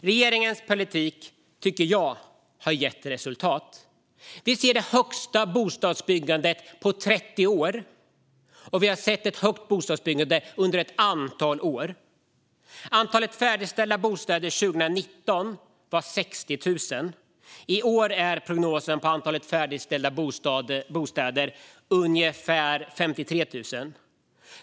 Regeringens politik har gett resultat. Vi ser det högsta bostadsbyggandet på 30 år, och vi har sett ett högt bostadsbyggande under ett antal år. Antalet färdigställda bostäder 2019 var 60 000. I år är prognosen ungefär 53 000.